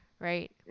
Right